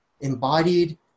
embodied